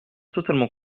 totalement